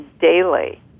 daily